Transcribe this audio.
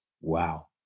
Wow